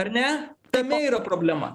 ar ne tame yra problema